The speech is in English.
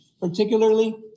particularly